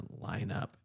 lineup